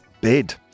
bid